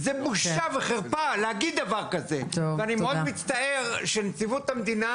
זו בושה וחרפה להגיד דבר כזה ואני מאוד מצטער שנציבות המדינה